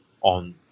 on